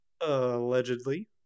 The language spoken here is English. Allegedly